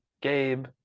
Gabe